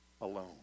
alone